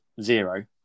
zero